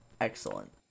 excellent